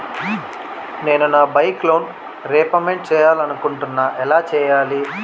నేను నా bike loan repayment చేయాలనుకుంటున్నా ఎలా చేయాలి?